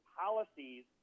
policies